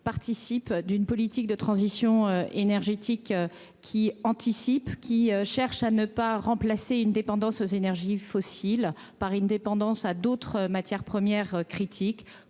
participe d'une politique de transition énergétique qui anticipe, qui cherche à ne pas remplacer une dépendance aux énergies fossiles par une dépendance à d'autres matières premières critiques